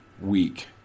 week